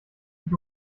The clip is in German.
dich